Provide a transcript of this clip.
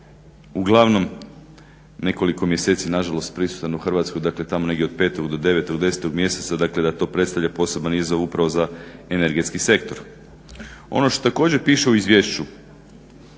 uglavnom nekoliko mjeseci nažalost prisutan u Hrvatskoj, dakle tamo negdje od 5. do 9., 10. mjeseca, dakle da to predstavlja poseban izazov upravo za energetski sektor. Ono što također piše u izvješću